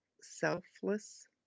selfless